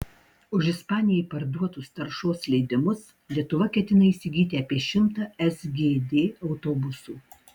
už ispanijai parduotus taršos leidimus lietuva ketina įsigyti apie šimtą sgd autobusų